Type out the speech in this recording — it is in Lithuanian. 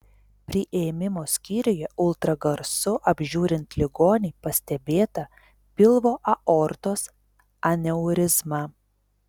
priėmimo skyriuje ultragarsu apžiūrint ligonį pastebėta pilvo aortos aneurizma